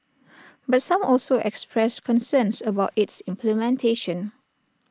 but some also expressed concerns about its implementation